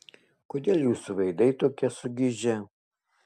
kodėl jūsų veidai tokie sugižę